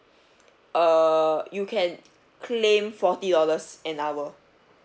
err you can claim forty dollars an hour